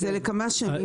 זה על כמה שנים.